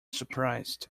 surprised